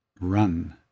run